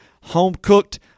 home-cooked